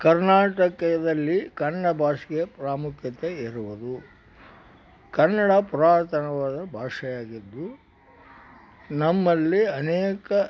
ಕರ್ನಾಟಕದಲ್ಲಿ ಕನ್ನಡ ಭಾಷೆಗೆ ಪ್ರಾಮುಖ್ಯತೆ ಇರುವುದು ಕನ್ನಡ ಪುರಾತನವಾದ ಭಾಷೆಯಾಗಿದ್ದು ನಮ್ಮಲ್ಲಿ ಅನೇಕ